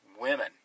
Women